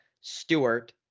Stewart